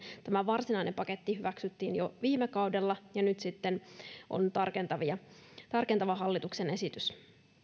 tämä varsinainen paketti hyväksyttiin jo viime kaudella ja nyt sitten on tarkentava hallituksen esitys